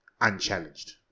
unchallenged